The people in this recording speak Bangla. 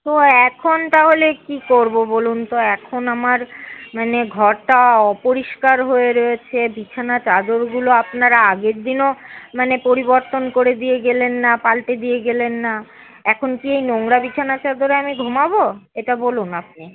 তো এখন তাহলে কী করব বলুন তো এখন আমার মানে ঘরটা অপরিষ্কার হয়ে রয়েছে বিছানার চাদরগুলো আপনারা আগের দিনও মানে পরিবর্তন করে দিয়ে গেলেন না পাল্টে দিয়ে গেলেন না এখন কি এই নোংরা বিছানার চাদরে আমি ঘুমোব এটা বলুন আপনি